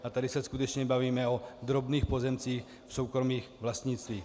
A tady se skutečně bavíme o drobných pozemcích v soukromých vlastnictvích.